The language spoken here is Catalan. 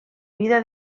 vida